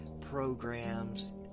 programs